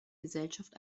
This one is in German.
gesellschaft